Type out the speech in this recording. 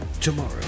tomorrow